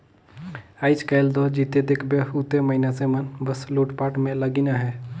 आएज काएल दो जिते देखबे उते मइनसे मन बस लूटपाट में लगिन अहे